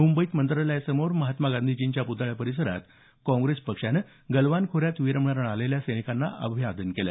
मुंबईत मंत्रालयासमोर असलेल्या महात्मा गांधीजींच्या प्तळ्यासमोर काँग्रेस पक्षानं गलवान खोऱ्यात वीरमरण आलेल्या सैनिकांना अभिवादन केलं